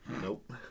Nope